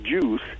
juice